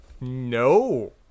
No